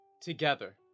together